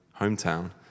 hometown